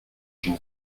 une